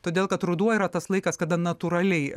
todėl kad ruduo yra tas laikas kada natūraliai